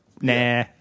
Nah